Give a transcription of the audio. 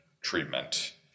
treatment